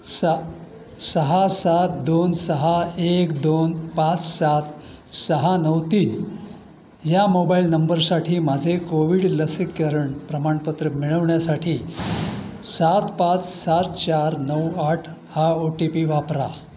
सहा सहा सात दोन सहा एक दोन पाच सात सहा नऊ तीन ह्या मोबायल नंबरसाठी माझे कोविड लसीकरण प्रमाणपत्र मिळवण्यासाठी सात पाच सात चार नऊ आठ हा ओ टी पी वापरा